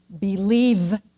Believe